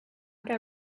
get